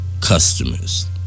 Customers